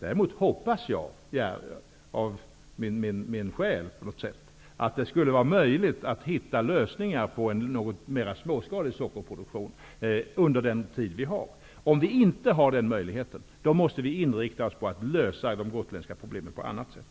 Däremot hoppas jag av hela min själ att det under den återstående tiden skulle vara möjligt att finna lösningar för en mer småskalig sockerproduktion. Om det inte finns en sådan möjlighet, måste man inrikta sig på att lösa de gotländska problemen på annat sätt.